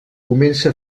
comença